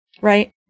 right